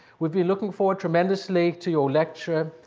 we'll be looking forward tremendously to your lecture.